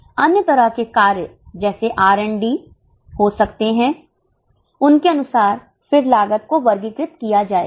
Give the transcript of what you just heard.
अन्य तरह के कार्य जैसे आर एवं डी हो सकते हैं उनके अनुसार फिर लागत को वर्गीकृत किया जाएगा